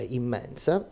immensa